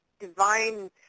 divine